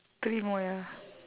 three more ya